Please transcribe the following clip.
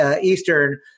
Eastern